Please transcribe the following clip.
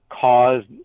caused